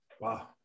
Wow